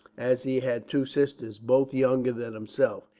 as he had two sisters both younger than himself.